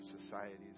societies